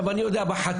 אני יודע שבחטיבות,